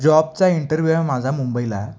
जॉबचा interview आहे माझा मुंबईला